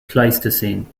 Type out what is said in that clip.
pleistocene